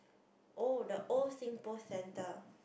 oh the old SingPost centre